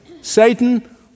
Satan